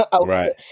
right